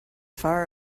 far